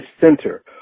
center